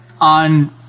on